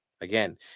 again